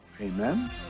amen